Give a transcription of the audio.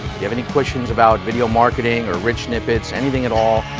you have any questions about video marketing or rich snippets, anything at all,